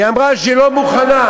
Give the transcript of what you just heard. היא אמרה שהיא לא מוכנה.